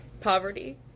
Poverty